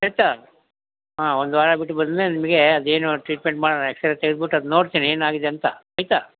ಆಯಿತಾ ಹಾಂ ಒಂದು ವಾರ ಬಿಟ್ಟು ಬಂದ್ಮೇಲೆ ನಿಮಗೆ ಅದು ಏನು ಟ್ರೀಟ್ಮೆಂಟ್ ಮಾಡೋಣ ಎಕ್ಸ್ರೇ ತೆಗೆದ್ಬಿಟ್ಟು ಅದು ನೋಡ್ತೀನಿ ಏನಾಗಿದೆ ಅಂತ ಆಯಿತಾ